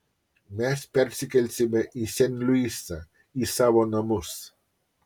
mes persikelsime į sen luisą į savo namus